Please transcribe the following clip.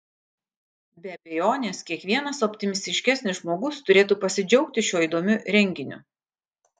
be abejonės kiekvienas optimistiškesnis žmogus turėtų pasidžiaugti šiuo įdomiu renginiu